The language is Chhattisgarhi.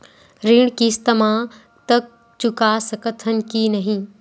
ऋण किस्त मा तक चुका सकत हन कि नहीं?